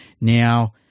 Now